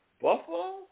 Buffalo